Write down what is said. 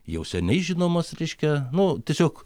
jau seniai žinomas reiškia nu tiesiog